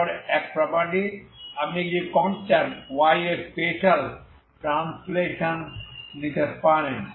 তারপর এক প্রপার্টি আপনি কিছু কনস্ট্যান্ট y একটি স্পেসিযাল ট্রান্সলেশন নিতে পারেন